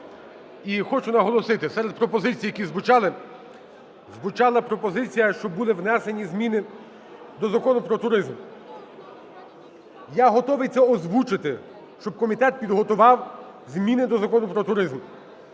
І хочу наголосити, серед пропозицій, які звучали, звучала пропозиція, щоб були внесенні зміни до Закону "Про туризм". Я готовий це озвучити, щоб комітет підготував зміни до Закону "Про туризм".